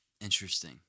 interesting